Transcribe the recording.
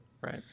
Right